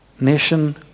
Nation